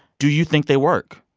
do you think they work?